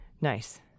nice